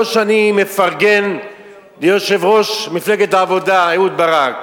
לא שאני מפרגן ליושב-ראש מפלגת העבודה אהוד ברק,